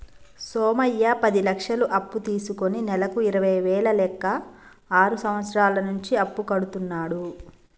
సోమయ్య పది లక్షలు అప్పు తీసుకుని నెలకు ఇరవై వేల లెక్క ఆరు సంవత్సరాల నుంచి అప్పు కడుతున్నాడు